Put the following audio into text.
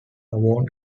avon